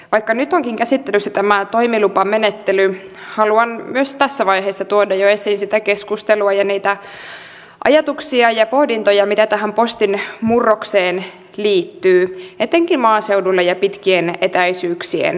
vaikka nyt onkin käsittelyssä tämä toimilupamenettely haluan myös tässä vaiheessa tuoda jo esiin sitä keskustelua ja niitä ajatuksia ja pohdintoja mitä tähän postin murrokseen liittyy etenkin maaseudulla ja pitkien etäisyyksien alueilla